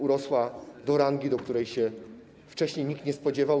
Urosła do rangi, do której się wcześniej nikt nie spodziewał.